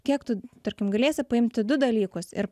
kiek tu tarkim galėsi paimti du dalykus ir